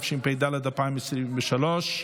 התשפ"ד 2023,